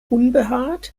unbehaart